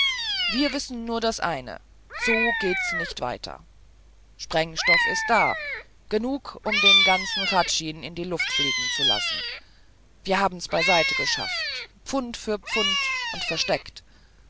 wir wissen nur das eine so geht's nicht weiter sprengstoff ist da genug um den ganzen hradschin in die luft fliegen zu lassen wir haben's beiseite geschafft pfund für pfund und versteckt